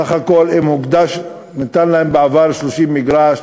בסך הכול ניתנו להם בעבר 30 מגרשים,